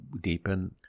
deepen